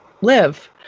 live